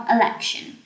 election